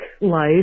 life